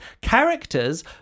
Characters